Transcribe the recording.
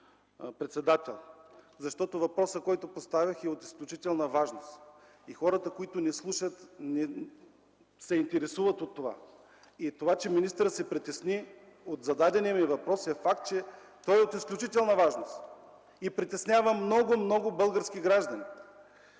председател, защото въпросът, който поставих, е от изключителна важност и хората, които ни слушат, се интересуват от това. Това, че министърът се притесни от зададения ми въпрос, е факт, че той е от изключителна важност и притеснява много, много български граждани.